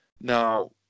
Now